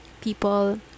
people